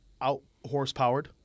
out-horsepowered